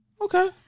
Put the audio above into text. Okay